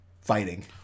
fighting